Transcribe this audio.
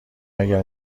اگر